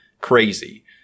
crazy